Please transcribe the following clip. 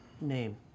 name